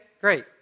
Great